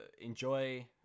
enjoy